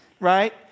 right